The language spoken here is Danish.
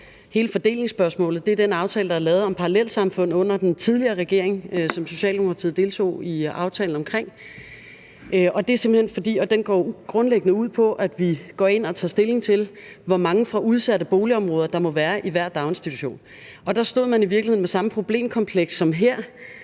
hele fordelingsspørgsmålet, er den aftale, der blev lavet om parallelsamfund under den tidligere regering, og som Socialdemokratiet deltog i. Den går grundlæggende ud på, at vi går ind og tager stilling til, hvor mange fra udsatte boligområder der må være i hver daginstitution. Der stod man i virkeligheden med samme problemkompleks som her,